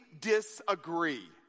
disagree